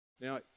Now